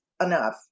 enough